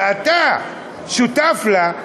ואתה שותף לה,